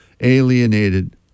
alienated